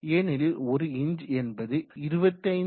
ஏனெனில் ஒரு இன்ச் என்பது 25